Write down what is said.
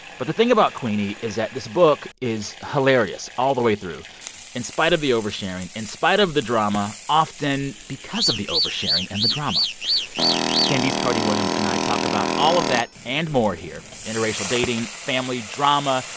but the thing about queenie is that this book is hilarious all the way through in spite of the oversharing, in spite of the drama, often because of the oversharing and the drama candice carty-williams and i talk about all of that and more here interracial dating, family drama,